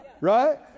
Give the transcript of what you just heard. Right